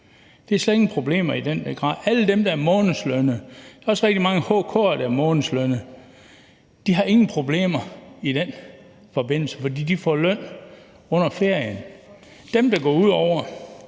De har slet ingen problemer med det. Alle dem, der er månedslønnede – der er også rigtig mange HK'ere, der er månedslønnede – har ingen problemer i den forbindelse, fordi de får løn under ferien. Dem, det går ud over,